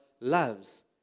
loves